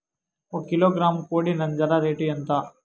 ఒక కిలోగ్రాము కోడి నంజర రేటు ఎంత?